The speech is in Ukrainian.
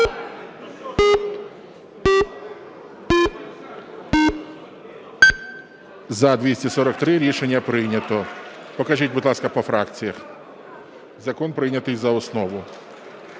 За-243 Рішення прийнято. Покажіть, будь ласка, по фракціям. Закон прийнятий за основу.